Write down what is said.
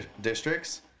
districts